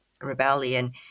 rebellion